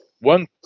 one